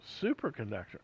superconductor